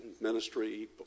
ministry